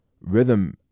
rhythm